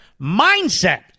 mindset